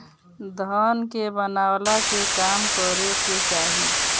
धन के बनवला के काम करे के चाही